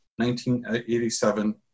1987